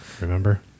Remember